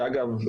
שאגב,